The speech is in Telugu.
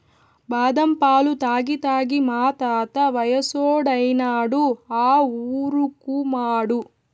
బాదం పాలు తాగి తాగి మా తాత వయసోడైనాడు ఆ ఊరుకుమాడు